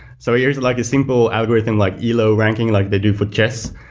so, here's like a simple algorithm like elo ranking like they do for chess.